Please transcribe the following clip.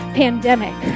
pandemic